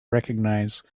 recognize